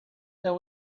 then